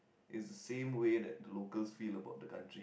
is the same way that the locals feel about the country